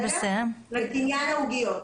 לעניין העוגיות.